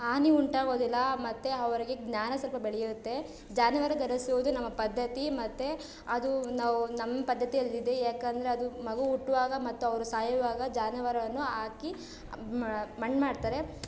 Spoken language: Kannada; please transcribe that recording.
ಹಾನಿ ಉಂಟಾಗೋದಿಲ್ಲ ಮತ್ತು ಅವರಿಗೆ ಜ್ಞಾನ ಸ್ವಲ್ಪ ಬೆಳೆಯುತ್ತೆ ಜನಿವಾರ ಧರಿಸೋದು ನಮ್ಮ ಪದ್ಧತಿ ಮತ್ತು ಅದು ನಾವು ನಮ್ಮ ಪದ್ಧತಿಯಲ್ಲಿದೆ ಏಕಂದರೆ ಅದು ಮಗು ಹುಟ್ಟುವಾಗ ಮತ್ತು ಅವರು ಸಾಯುವಾಗ ಜನಿವಾರವನ್ನು ಹಾಕಿ ಮಣ್ಣು ಮಾಡ್ತಾರೆ